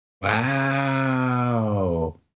Wow